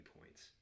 points